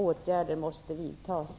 Åtgärder måste vidtas.